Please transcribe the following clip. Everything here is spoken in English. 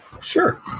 Sure